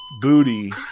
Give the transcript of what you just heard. booty